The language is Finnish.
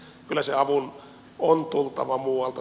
kyllä sen avun on tultava muualta